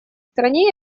стране